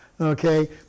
Okay